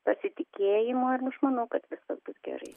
pasitikėjimo ir aš manau kad viskas bus gerai